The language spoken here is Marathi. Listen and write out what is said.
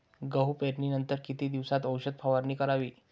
गहू पेरणीनंतर किती दिवसात औषध फवारणी करावी?